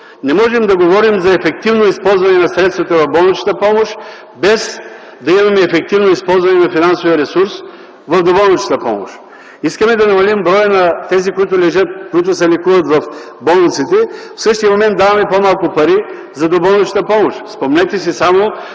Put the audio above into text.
не можем да говорим за ефективно използване на средствата в болничната помощ, без да имаме ефективно използване на финансовия ресурс в доболничната помощ. Искаме да намалим броя на тези, които се лекуват в болниците, а в същия момент даваме по-малко пари за доболнична помощ. Спомнете си само,